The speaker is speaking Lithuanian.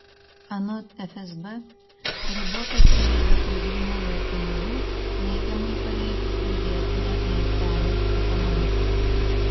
anot fsb ribota prieiga prie grynųjų pinigų neigiamai paveikia ir vietinę miestelių ekonomiką